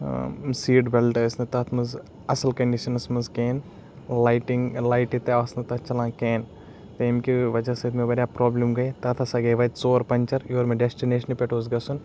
seat belt ٲسۍ نہٕ تَتھ مَنٛز اصل کَنڈِشَنَس مَنٛز کہیٖنۍ لایٹِنٛگ لایٹہٕ تہٕ آسنہٕ تَتھ چَلان کِہیٖنۍ تمہِ کہِ وَجہ سۭتۍ مےٚ واریاہ پرابلِم گٔے تَتھ ہَسا گٔے وَتہِ ژور پَنچَر یور مےٚ ڈیٚسٹِنیشنہِ پیٹھ اوس گَژھُن